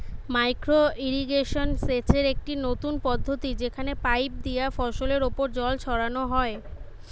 micro irrigation সেচের একটি নতুন পদ্ধতি যেখানে পাইপ দিয়া ফসলের ওপর জল ছড়ানো হয়